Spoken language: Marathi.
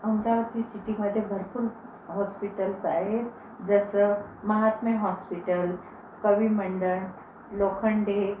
आमच्या सि सिटीमध्ये भरपूर हॉस्पिटल्स आहे जसं महात्मे हॉस्पिटल कविमंडन लोखंडे